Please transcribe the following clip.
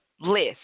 list